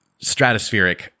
stratospheric